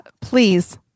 Please